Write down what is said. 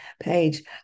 page